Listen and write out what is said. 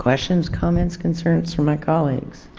questions comments concerns from my colleagues?